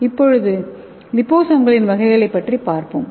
இப்போது லிபோசோம்களின் வகைகளைப் பற்றி பார்ப்போம்